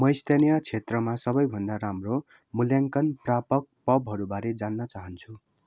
म स्थानीय क्षेत्रमा सबैभन्दा राम्रो मूल्याङ्कन प्रापक पबहरूबारे जान्न चाहन्छु